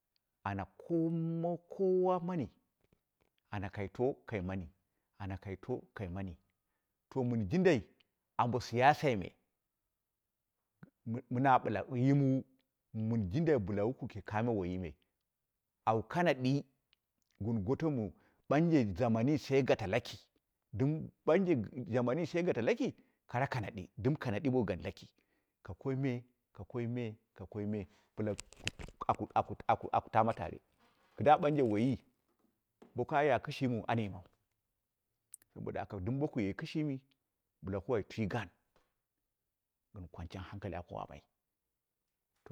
Ana koma kowa nani, ana kai tokai mani ana kaito kai mani. To mɨn jɨndai ambo siyasai me, mɨna bɨla yimwu min jindai bɨla wa kuke kamo woiyi me, au kanaɗi gɨn goto mɨ banje jamani she gata laki ɓanje jamani she gata laki kara kanaɗi dɨm kanaɗi bo gan loki, ka koi me ka koi me, ka koi me bɨla aku aku aku taama tare. Kɨdda ɓanje woiyi boka ya kasnhimiu an yimau, sabo da haka dɨm boku ye kishimi bɨla ku wai twi gaan, dɨm kwacciyon hankali aku waamai